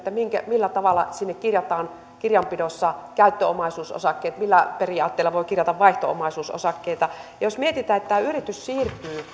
millä tavalla sinne kirjataan kirjanpidossa käyttöomaisuusosakkeet millä periaatteella voi kirjata vaihto omaisuusosakkeita jos mietitään että tämä yritys siirtyy